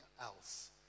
else